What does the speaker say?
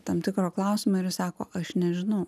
tam tikro klausimo ir jis sako aš nežinau